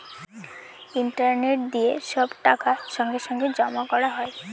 internet দিয়ে সব টাকা সঙ্গে সঙ্গে জমা করা হয়